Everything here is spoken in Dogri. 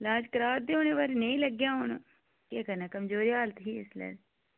लाज करा करदे हे पर नेईं लग्गेआ होना केह्करना हुन